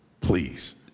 Please